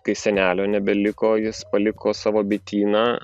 kai senelio nebeliko jis paliko savo bityną